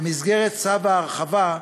במסגרת צו ההרחבה,